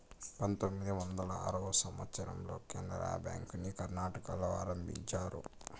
పంతొమ్మిది వందల ఆరో సంవచ్చరంలో కెనరా బ్యాంకుని కర్ణాటకలో ఆరంభించారు